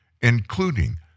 including